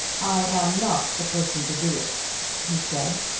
i am not the person to do it, he said.